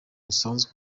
rusanzwe